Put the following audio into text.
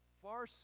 far